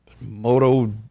Moto